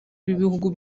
b’ibihugu